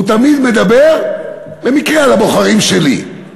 הוא תמיד מדבר במקרה על הבוחרים שלי.